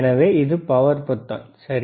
எனவே இது பவர் பொத்தான் சரி